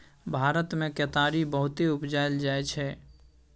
भारत मे केतारी बहुते उपजाएल जाइ छै